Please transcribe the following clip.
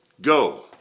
Go